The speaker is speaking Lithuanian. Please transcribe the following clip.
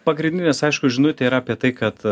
pagrindinis aišku žinutė yra apie tai kad